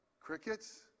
Crickets